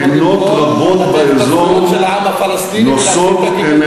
לכבד את הזכויות של הפלסטיני ולעצור את הכיבוש.